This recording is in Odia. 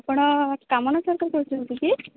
ଆପଣ କାମନା ରୁ କହୁଛନ୍ତି କି